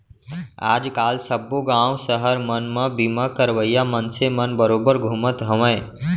आज काल सब्बो गॉंव सहर मन म बीमा करइया मनसे मन बरोबर घूमते हवयँ